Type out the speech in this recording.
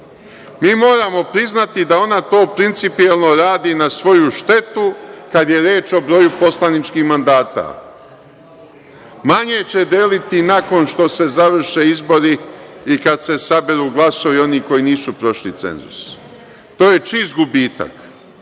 Mi moramo priznati da ona to principijelno radi na svoju štetu kada je reč o broju poslaničkih mandata. Manje će deliti nakon što se završe izbori i kada se saberu glasovi onih koji nisu prošli cenzus. To je čist gubitak.